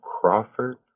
Crawford